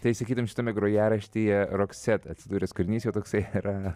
tai sakytum šitame grojaraštyje rokset atsidūręs kūrinys jau toksai yra